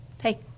hey